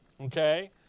Okay